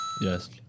Yes